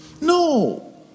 No